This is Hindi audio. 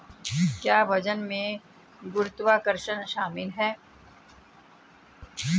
क्या वजन में गुरुत्वाकर्षण शामिल है?